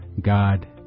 God